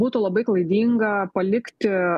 būtų labai klaidinga palikti